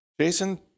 Jason